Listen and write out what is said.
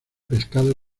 pescado